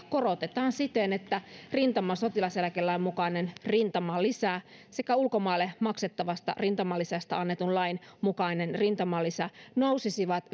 korotetaan siten että rintamasotilaseläkelain mukainen rintamalisä sekä ulkomaille maksettavasta rintamalisästä annetun lain mukainen rintamalisä nousisivat